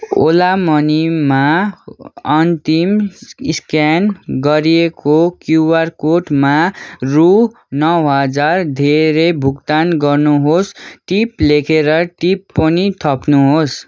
ओला मनीमा अन्तिम स्क्यान गरिएको क्युआर कोडमा रू नौ हजार धेरै भुक्तान गर्नुहोस् टिप लेखेर टिप पनि थप्नुहोस्